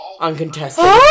Uncontested